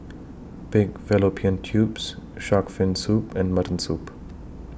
Pig Fallopian Tubes Shark's Fin Soup and Mutton Soup